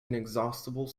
inexhaustible